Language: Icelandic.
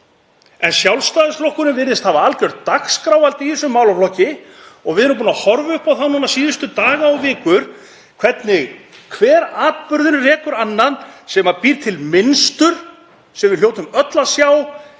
En Sjálfstæðisflokkurinn virðist hafa algjört dagskrárvald í þessum málaflokki og við erum búin að horfa upp á það núna síðustu daga og vikur hvernig hver atburðurinn rekur annan sem býr til mynstur sem við hljótum öll að sjá.